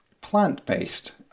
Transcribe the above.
plant-based